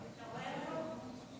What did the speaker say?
אתה רואה אותו?